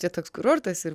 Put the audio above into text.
čia toks kurortas ir